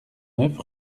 neuf